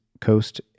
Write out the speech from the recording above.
Coast